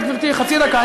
באמת, גברתי, חצי דקה.